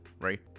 right